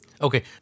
Okay